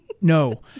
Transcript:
No